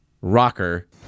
rocker